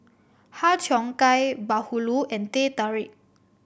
Har Cheong Gai bahulu and Teh Tarik